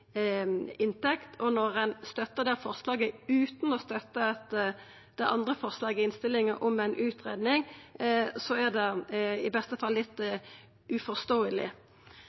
inntekt, og når ein støttar det forslaget utan å støtte det andre forslaget i innstillinga, om ei utgreiing, er det i beste fall litt uforståeleg.